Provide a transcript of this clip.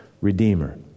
Redeemer